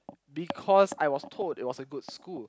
because I was told it was a good school